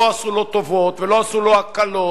לא עשו לו טובות ולא עשו לו הקלות.